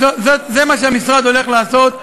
זה מה שהמשרד הולך לעשות,